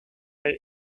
hij